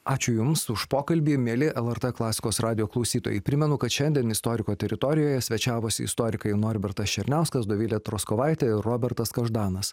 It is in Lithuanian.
ačiū jums už pokalbį mieli lrt klasikos radijo klausytojai primenu kad šiandien istoriko teritorijoje svečiavosi istorikai norbertas černiauskas dovilė troskovaitė ir robertas každanas